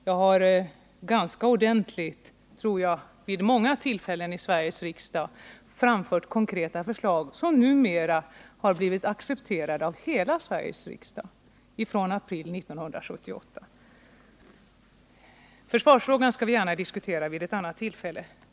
jag har vid många tillfällen i Sveriges riksdag framlagt konkreta förslag, som glädjande nog i april 1978 har blivit accepterade av hela Sveriges riksdag. Försvarsfrågan skall vi gärna diskutera vid ett annat tillfälle.